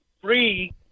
free